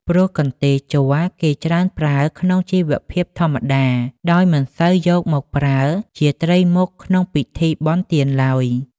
ព្រោះកន្ទេលជ័រ គេច្រើនប្រើក្នុងជីវភាព ធម្មតា ដោយមិនសូវយកមកប្រើជាត្រីមុខក្នុងពិធីបុណ្យទានឡើយ ។